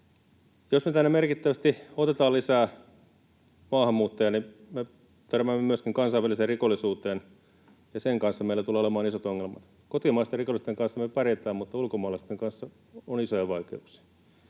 Jos me tänne merkittävästi otetaan lisää maahanmuuttajia, me törmäämme myöskin kansainväliseen rikollisuuteen, ja sen kanssa meillä tulee olemaan isot ongelmat. Kotimaisten rikollisten kanssa me pärjätään, mutta ulkomaalaisten kanssa on isoja vaikeuksia.